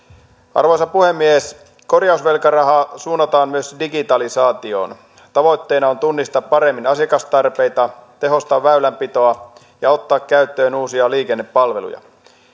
arvoisa puhemies korjausvelkarahaa suunnataan myös digitalisaatioon tavoitteena on tunnistaa paremmin asiakastarpeita tehostaa väylänpitoa ja ottaa käyttöön uusia liikennepalveluja